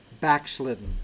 backslidden